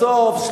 בסוף,